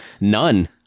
None